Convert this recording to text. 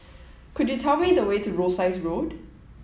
could you tell me the way to Rosyth Road